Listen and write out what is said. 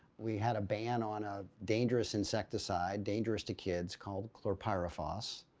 we had a ban on a dangerous insecticide. dangerous to kids called chlorpyrifos